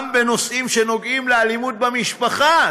גם בנושאים שנוגעים לאלימות במשפחה,